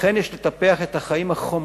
לכן יש לטפח את החיים החומריים,